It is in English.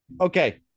Okay